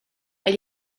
elle